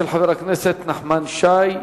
של חבר הכנסת נחמן שי.